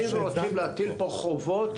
הוא יבואן שיש לו בלעדיות על מותג,